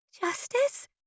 Justice